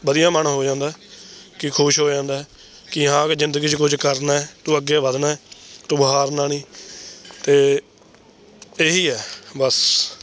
ਵਧੀਆ ਮਨ ਹੋ ਜਾਂਦਾ ਹੈ ਕਿ ਖੁਸ਼ ਹੋ ਜਾਂਦਾ ਹੈ ਕਿ ਹਾਂ ਅਗਰ ਜ਼ਿੰਦਗੀ 'ਚ ਕੁਝ ਕਰਨਾ ਹੈ ਤੂੰ ਅੱਗੇ ਵਧਣਾ ਹੈ ਤੂੰ ਹਾਰਨਾ ਨਹੀਂ ਅਤੇ ਇਹੀ ਹੈ ਬਸ